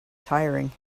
tiring